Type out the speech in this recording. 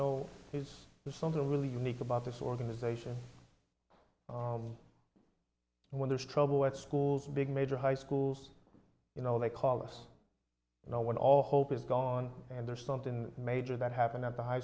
know there's something really unique about this organization and when there's trouble at schools big major high schools you know they call us you know when all hope is gone and there's something major that happened at the high